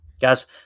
Guys